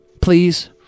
Please